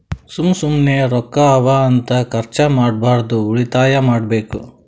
ಸುಮ್ಮ ಸುಮ್ಮನೆ ರೊಕ್ಕಾ ಅವಾ ಅಂತ ಖರ್ಚ ಮಾಡ್ಬಾರ್ದು ಉಳಿತಾಯ ಮಾಡ್ಬೇಕ್